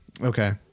Okay